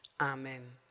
amen